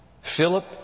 Philip